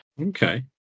Okay